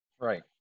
right